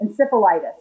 encephalitis